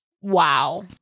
Wow